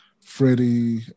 Freddie